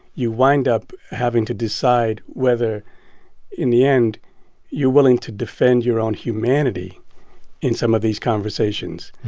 you wind up having to decide whether in the end you're willing to defend your own humanity in some of these conversations.